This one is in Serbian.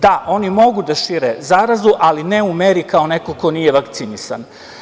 Da, oni mogu da šire zarazu, ali ne u meri kao neko ko nije vakcinisan.